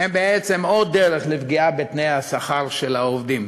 הוא בעצם עוד דרך לפגיעה בתנאי השכר של העובדים.